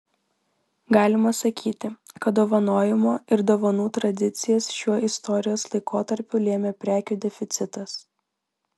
galima sakyti kad dovanojimo ir dovanų tradicijas šiuo istorijos laikotarpiu lėmė prekių deficitas